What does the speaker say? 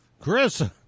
Chris